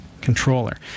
controller